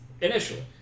Initially